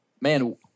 man